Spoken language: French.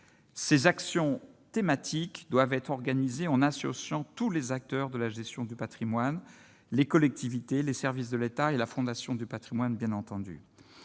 ces actions thématiques doivent être organisées en associant tous les acteurs de la gestion du Patrimoine, les collectivités, les services de l'État et la Fondation du Patrimoine, bien entendu,